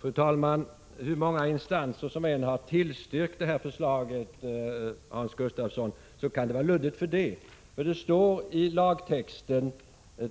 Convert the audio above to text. Fru talman! Hur många instanser som än har tillstyrkt det här förslaget, Hans Gustafsson, kan det vara luddigt. Det står i lagtexten